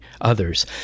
others